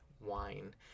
wine